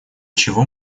чего